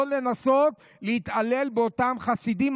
לא לנסות להתעלל באותם חסידים,